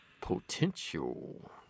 potential